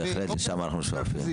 בהחלט, לשם אנחנו שואפים.